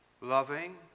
loving